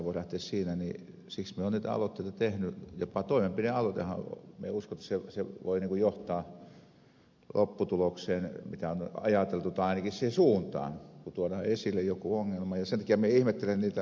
siksi minä olen niitä aloitteita tehnyt että jopa toimenpidealoitehan minä uskon voi johtaa lopputulokseen jota on ajateltu tai ainakin siihen suuntaan kun tuodaan esille joku ongelma ja sen takia minä ihmettelen niitä vähättelyjä kun täällä aina jotkut vähättelevät